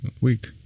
week